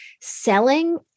selling